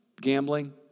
Gambling